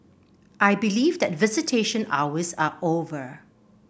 I believe that visitation hours are over